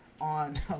on